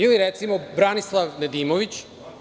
Ili, recimo, Branislav Nedimović.